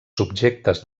subjectes